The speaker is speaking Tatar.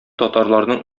татарларның